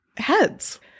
Heads